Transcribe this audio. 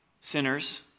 Sinners